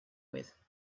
with